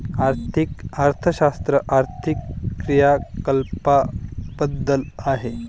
आर्थिक अर्थशास्त्र आर्थिक क्रियाकलापांबद्दल आहे